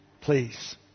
Please